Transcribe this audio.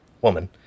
woman